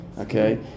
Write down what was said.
okay